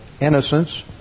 innocence